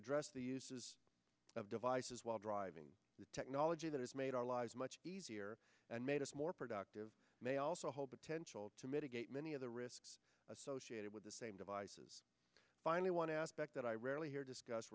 address the use of devices while driving the technology that has made our lives much easier and made us more productive may also hold potential to mitigate many of the risks associated with the same devices finally one aspect that i rarely hear discuss